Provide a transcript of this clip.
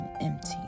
empty